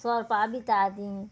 सोरपा बिता तीं